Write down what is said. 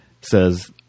says